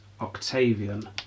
Octavian